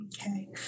Okay